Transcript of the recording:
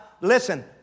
listen